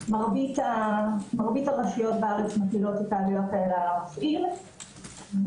מרבית הרשויות בארץ מטילות את העלויות האלה על המפעיל וזה